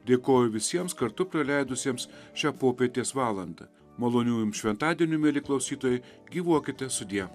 dėkoju visiems kartu praleidusiems šią popietės valandą malonių jums šventadienių mieli klausytojai gyvuokite sudie